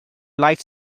likes